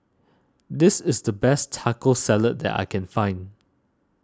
this is the best Taco Salad that I can find